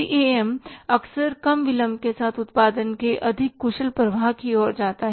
C A M अक्सर कम विलंब के साथ उत्पादन के अधिक कुशल प्रवाह की ओर जाता है